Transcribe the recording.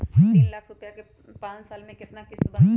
तीन लाख रुपया के पाँच साल के केतना किस्त बनतै?